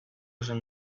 esan